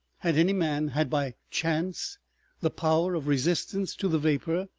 had any man had by chance the power of resistance to the vapor,